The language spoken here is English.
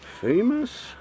Famous